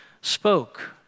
spoke